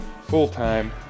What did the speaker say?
full-time